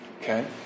Okay